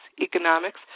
economics